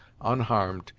unharmed,